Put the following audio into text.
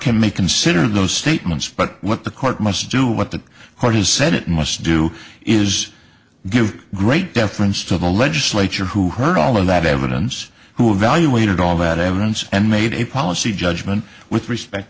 can make consider those statements but what the court must do what the hardest said it must do is give great deference to the legislature who heard all of that evidence who evaluated all that evidence and made a policy judgment with respect